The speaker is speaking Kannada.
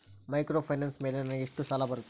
ಮೈಕ್ರೋಫೈನಾನ್ಸ್ ಮೇಲೆ ನನಗೆ ಎಷ್ಟು ಸಾಲ ಬರುತ್ತೆ?